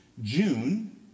June